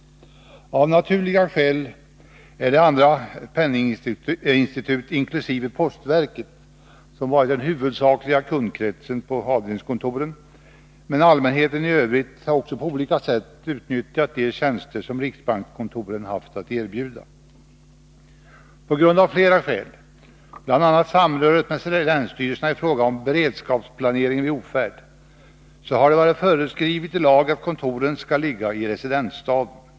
Av naturliga skäl är det andra penninginstitut, inkl. postverket, som varit avdelningskontorens huvudsakliga kundkrets, men allmänheten har också i övrigt på olika sätt utnyttjat de tjänster som riksbankskontoren haft att erbjuda. Av flera skäl, bl.a. samröret med länsstyrelserna i fråga om beredskapsplaneringen vid ofärd, har det varit föreskrivet i lag att kontoret skall ligga i residensstaden.